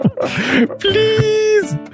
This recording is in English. Please